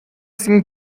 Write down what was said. sin